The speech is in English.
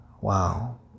Wow